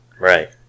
Right